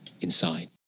inside